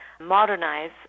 modernize